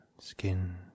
skin